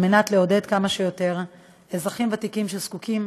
כדי לעודד כמה שיותר אזרחים ותיקים שזקוקים